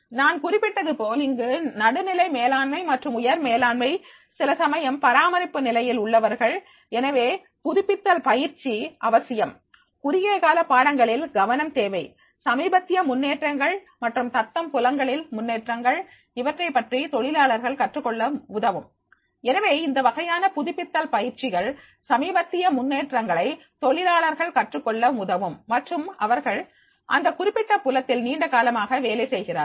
நான் குறிப்பிட்டது போல் இங்கு நடுநிலை மேலாண்மை மற்றும் உயர் மேலாண்மை சில சமயம் பராமரிப்பு நிலையில் உள்ளவர்கள் எனவே புதுப்பித்தல் பயிற்சி அவசியம் குறுகியகால பாடங்களில் கவனம் தேவை சமீபத்திய முன்னேற்றங்கள் மற்றும் தத்தம் புலங்களில் முன்னேற்றங்கள் இவற்றை பற்றி தொழிலாளர்கள் கற்றுக்கொள்ள உதவும் எனவே இந்த வகையான புதுப்பித்தல் பயிற்சிகள் சமீபத்திய முன்னேற்றங்களை தொழிலாளர்கள் கற்றுக்கொள்ள உதவும் மற்றும் அவர்கள் அந்த குறிப்பிட்ட புலத்தில் நீண்டகாலமாக வேலை செய்கிறார்கள்